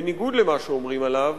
בניגוד למה שאומרים עליו,